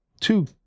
two